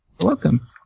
Welcome